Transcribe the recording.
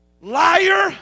liar